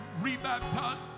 rebaptized